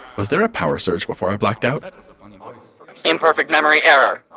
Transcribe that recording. was there a power surge before i blacked out? imperfect memory error!